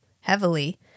heavily